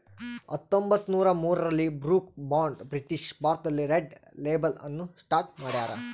ಹತ್ತೊಂಬತ್ತುನೂರ ಮೂರರಲ್ಲಿ Brooke Bond British ಭಾರತದಲ್ಲಿ ರೆಡ್ ಲೇಬಲ್ ಅನ್ನು ಸ್ಟಾರ್ಟ್ ಮಾಡ್ಯಾರ